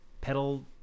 pedal